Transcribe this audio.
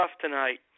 tonight